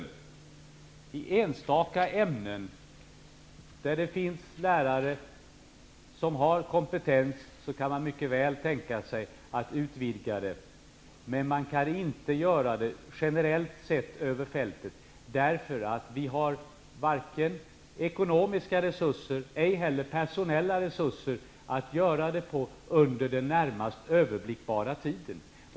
När det gäller enstaka ämnen, där det finns lärare som har kompetens, kan man mycket väl tänka sig att utvidga detta. Men man kan inte göra det generellt över fältet, därför att vi inte har vare sig ekonomiska eller personella resurser att göra det under den närmast överblickbara tiden.